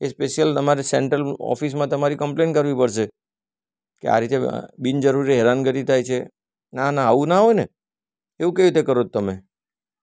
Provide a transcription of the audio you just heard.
special તમારી central ઓફિસમાં તમારી કમ્પ્લેન કરવી પડશે કે આ રીતે બિનજરૂરી હેરાનગતિ થાય છે ના ના આવું ના હોયને એવું કઈ રીતે કરો છો તમે